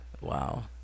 Wow